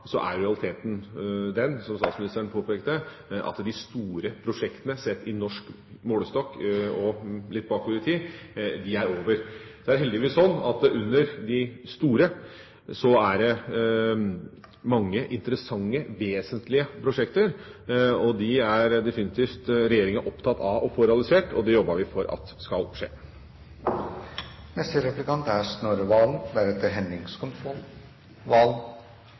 realiteten den, som statsministeren påpekte, at de store prosjektene sett i norsk målestokk og litt bakover i tid var over. Det er heldigvis sånn at under de store prosjekter er det mange interessante, vesentlige prosjekter. De er regjeringa definitivt opptatt av å få realisert, og det jobber vi for at skal skje.